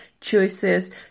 choices